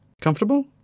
Comfortable